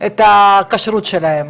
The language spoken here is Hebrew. את "הכשרות" שלהם,